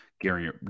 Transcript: Gary